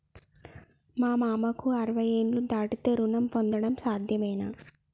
మా మామకు అరవై ఏళ్లు దాటితే రుణం పొందడం సాధ్యమేనా?